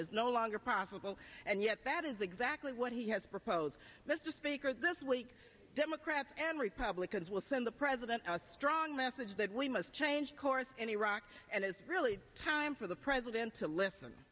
is no longer possible and yet that is exactly what he has proposed this to speaker this week democrats and republicans will send the president a strong message that we must change course in iraq and it's really time for the president to listen